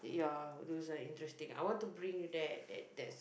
yeah those are interesting I want to bring you there at that that's